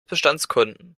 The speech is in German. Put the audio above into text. bestandskunden